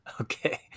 Okay